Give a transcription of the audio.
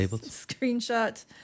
Screenshot